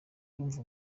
urumva